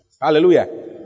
Hallelujah